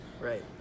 Right